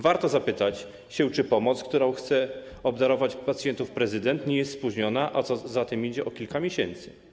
Warto zapytać, czy pomoc, którą chce obdarować pacjentów prezydent, nie jest spóźniona, co za tym idzie, o kilka miesięcy.